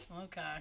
okay